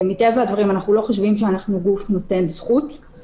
מטבע הדברים אנחנו לא חושבים שאנחנו גוף נותן זכות,